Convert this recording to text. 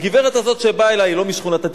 והגברת הזאת שבאה אלי היא לא משכונת-התקווה,